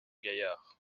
gaillard